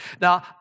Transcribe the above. Now